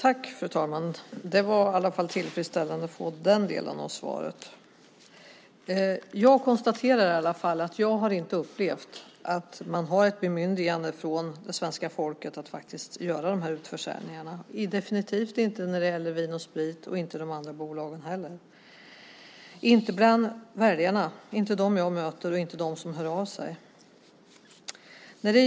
Fru talman! Den delen av svaret känns tillfredsställande. Jag konstaterar att jag inte upplevt att regeringen har ett bemyndigande från svenska folket att faktiskt göra utförsäljningarna, varken när det gäller Vin & Sprit eller de andra bolagen. Det gäller i alla fall de väljare jag möter och de som hör av sig.